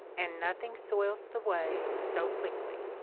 and nothing soils the way so quickly.